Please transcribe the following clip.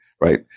Right